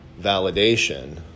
validation